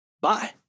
bye